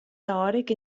teòric